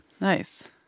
Nice